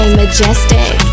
majestic